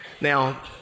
Now